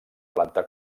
planta